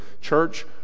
church